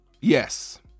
Yes